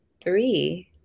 three